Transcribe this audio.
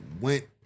went